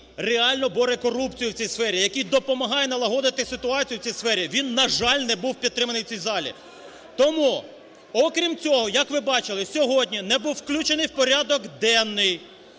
реально боре корупцію в цій сфері, який допомагає налагодити ситуацію в цій сфері, він, на жаль, не був підтриманий в цій залі. Тому, окрім цього, як ви бачили, сьогодні не був включений в порядок денний